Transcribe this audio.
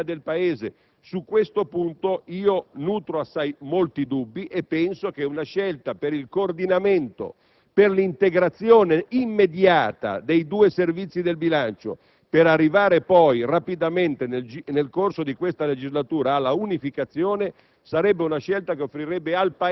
questa esigenza primaria del Paese? Su questo punto nutro molti dubbi e penso che una scelta per il coordinamento e l'integrazione immediata dei due Servizi del bilancio per arrivare poi rapidamente, nel corso di questa legislatura, alla loro unificazione